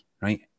right